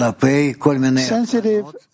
Sensitive